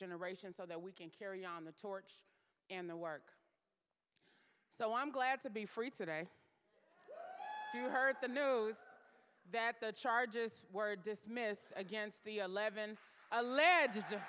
generation so that we can carry on the torch and the work so i'm glad to be free today you heard the news that the charges were dismissed against the eleven